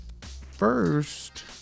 first